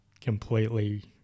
completely